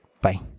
Bye